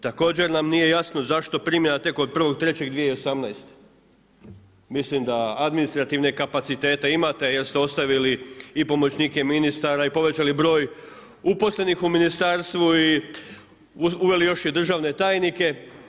Također nam nije jasno zašto primjena tek od 1.3.2018., mislim da administrativne kapacitete imate jer ste ostavili i pomoćnike ministara i povećali broj uposlenih u ministarstvu i uveli još i državne tajnike.